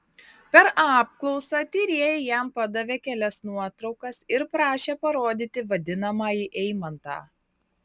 per apklausą tyrėja jam padavė kelias nuotraukas ir prašė parodyti vadinamąjį eimantą